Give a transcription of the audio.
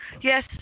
Yes